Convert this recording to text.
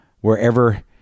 wherever